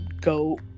go